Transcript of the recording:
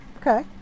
Okay